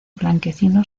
blanquecino